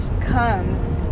comes